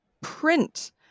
print